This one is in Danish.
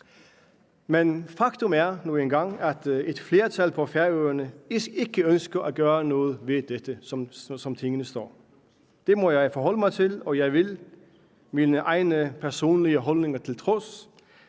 Men faktum er nu engang, at et flertal på Færøerne ikke ønsker at gøre noget ved det, som tingene står. Det må jeg forholde mig til, og jeg vil min egne personlige holdninger til trods